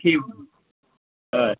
ঠিক হয়